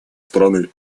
страны